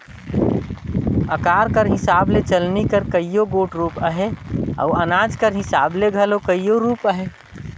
अकार कर हिसाब ले चलनी कर कइयो गोट रूप अहे अउ अनाज कर हिसाब ले घलो कइयो रूप अहे